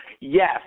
Yes